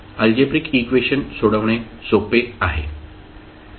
algebraic equation सोडवणे सोपे आहे